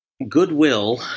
goodwill